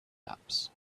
apps